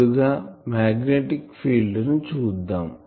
ముందుగా magnetic field ని చూద్దాం